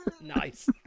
nice